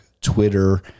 Twitter